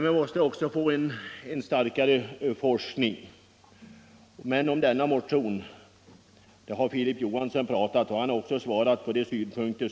Vi måste också få en alltmer omfattande forskning.